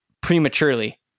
prematurely